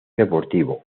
deportivo